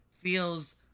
feels